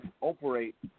operate